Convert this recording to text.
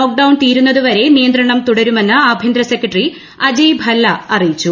lockdown തീരുന്നതുവരെ നിയന്ത്രണം തുടരുമെന്ന് ആഭ്യന്തര സ്ഥ്രക്ട്ടറി അജയ് ഭല്ല അറിയിച്ചു